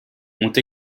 ont